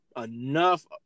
enough